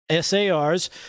SARs